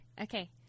Okay